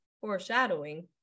Foreshadowing